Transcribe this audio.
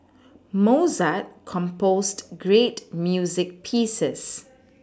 Mozart composed great music pieces